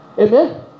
Amen